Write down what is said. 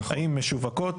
האם משווקות,